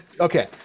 Okay